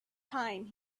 time